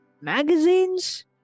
magazines